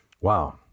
Wow